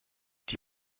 die